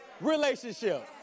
relationship